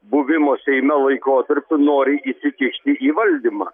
buvimo seime laikotarpiu nori įsikišti į valdymą